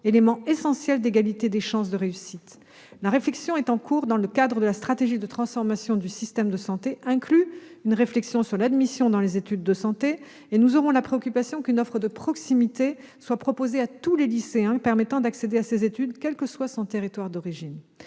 élément essentiel d'égalité des chances de réussite. La réflexion en cours dans le cadre de la stratégie de transformation du système de santé inclut une réflexion sur l'admission dans les études de santé, et nous aurons la préoccupation qu'une offre de proximité soit proposée à tous les lycéens pour leur permettre d'accéder à ces études quel que soit leur territoire d'origine.